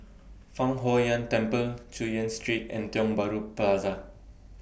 Fang Huo Yuan Temple Chu Yen Street and Tiong Bahru Plaza